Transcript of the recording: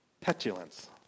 petulance